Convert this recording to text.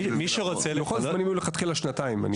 לוחות הזמנים היו מלכתחילה שנתיים.